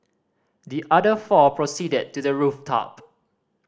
the other four proceeded to the rooftop